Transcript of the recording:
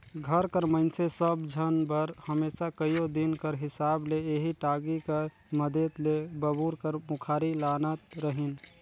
घर कर मइनसे सब झन बर हमेसा कइयो दिन कर हिसाब ले एही टागी कर मदेत ले बबूर कर मुखारी लानत रहिन